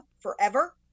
forever